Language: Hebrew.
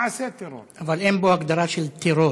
מעשה טרור, אבל אין בו הגדרה של טרור.